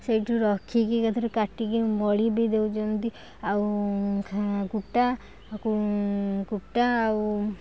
ସେଇଠୁ ରଖିକି ଏକାଥରେ କାଟିକି ମଳି ବି ଦେଉଛନ୍ତି ଆଉ କୁଟା କୁଟା ଆଉ